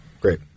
Great